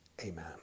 amen